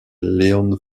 leon